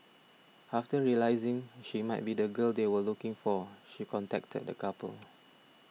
after realising she might be the girl they were looking for she contacted the couple